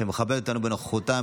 שמכבדת אותנו בנוכחותה.